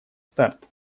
старт